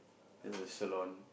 there's a salon